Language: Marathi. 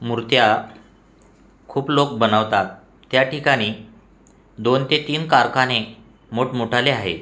मुर्त्या खूप लोक बनवतात त्या ठिकानी दोन ते तीन कारखाने मोठमोठाले आहे